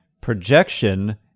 projection